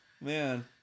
Man